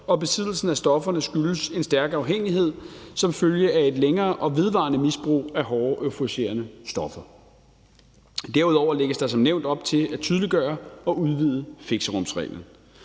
og besiddelsen af stofferne skyldes en stærk afhængighed som følge af et længere og vedvarende misbrug af hårde euforiserende stoffer Derudover lægges der som nævnt op til at tydeliggøre og udvide fixerumsreglen.